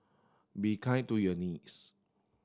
be kind to your knees